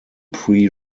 pre